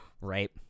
right